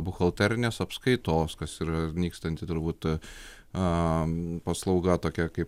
buhalterinės apskaitos kas yra nykstanti turbūt a paslauga tokia kaip